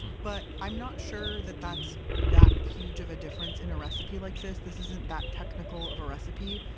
but i'm not sure that that's that huge of a difference in a recipe like this. this isn't that technical of a recipe.